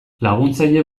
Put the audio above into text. laguntzaile